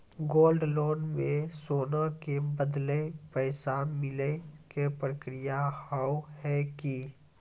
Gold loan मे सोना के बदले पैसा मिले के प्रक्रिया हाव है की?